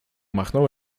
machnął